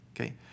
Okay